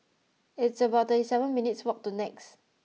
it's about thirty seven minutes' walk to Nex